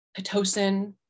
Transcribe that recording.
Pitocin